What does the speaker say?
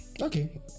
Okay